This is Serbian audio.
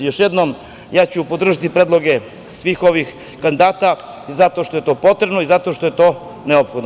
Još jednom, ja ću podržati predloge svih ovih kandidata zato što je to potrebno i zato što je to neophodno.